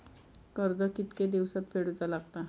कर्ज कितके दिवसात फेडूचा लागता?